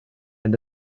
and